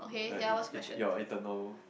like it it your eternal